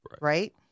right